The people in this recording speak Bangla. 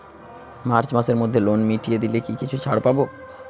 মার্চ মাসের মধ্যে লোন মিটিয়ে দিলে কি কিছু ছাড় পাব?